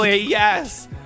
yes